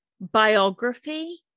biography